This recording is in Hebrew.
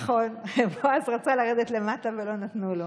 נכון, בועז רצה לרדת למטה ולא נתנו לו.